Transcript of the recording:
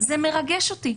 זה מרגש אותי.